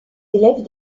élèves